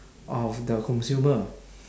of the consumer